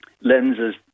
lenses